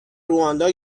رواندا